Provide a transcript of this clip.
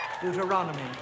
Deuteronomy